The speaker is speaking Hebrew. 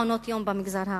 מעונות-יום במגזר הערבי.